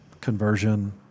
conversion